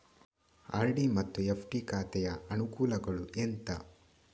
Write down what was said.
RD ಮತ್ತು FD ಖಾತೆಯ ಅನುಕೂಲಗಳು ಎಂತ?